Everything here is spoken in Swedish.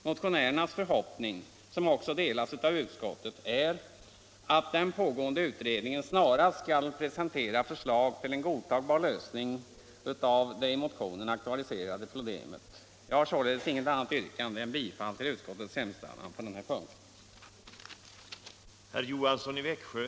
Motionärernas förhoppning, som också delas av utskottet, är att den pågående utredningen snarast skall presentera förslag till en godtagbar lösning av det i motionen aktualiserade problemet. Jag har således inget annat yrkande än om bifall till utskottets hemställan på denna punkt.